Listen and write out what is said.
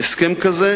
עמה הסכם כזה,